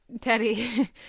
Teddy